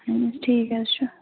ٹھیٖک حظ چھُ